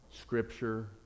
Scripture